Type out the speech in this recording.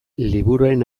liburuaren